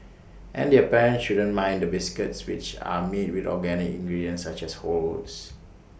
and their parents shouldn't mind the biscuits which are made with organic ingredients such as whole oats